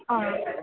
ஆ